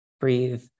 breathe